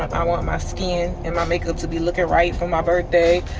i want my skin and my makeup to be looking right for my birthday.